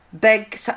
big